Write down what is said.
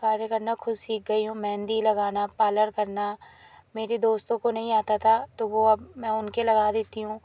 कार्य करना ख़ुद सीख गई हूँ मेहंदी लगाना पाल्लर करना मेरी दोस्तों को नहीं आता था तो वह अब मैं उनके लगा देती हूँ